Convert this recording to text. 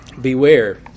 Beware